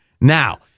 Now